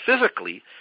Physically